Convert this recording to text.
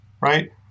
right